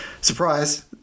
surprise